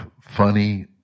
funny